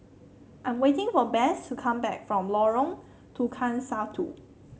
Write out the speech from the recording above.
I'm waiting for Bess to come back from Lorong Tukang Satu